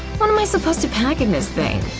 what am i supposed to pack in this thing?